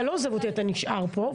אתה לא עוזב, אתה נשאר פה.